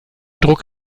druck